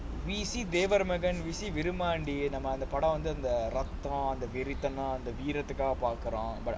we see devar magan we see virumaandi நம்ப அந்த படம் வந்து ரத்தம் அந்த வெறித்தனத்துக்காக பாக்குறோம்:namba antha padam vanthu ratham antha verithanthukaaga paakurom but